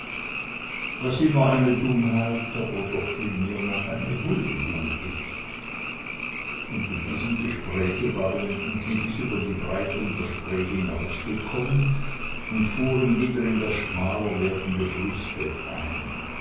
was immer eine dummheit aber doch viel mehr noch eine huldigung ist unter diesem gespräche waren sie bis über die breitung der spree hinausgekommen und fuhren wieder in das schmaler werdende flußbett ein